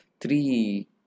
three